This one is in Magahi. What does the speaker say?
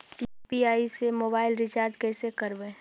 यु.पी.आई से मोबाईल रिचार्ज कैसे करबइ?